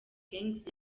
gangs